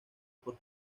por